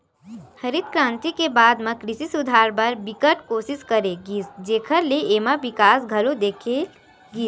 हरित करांति के बाद म कृषि सुधार बर बिकट कोसिस करे गिस जेखर ले एमा बिकास घलो देखे गिस